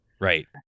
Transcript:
Right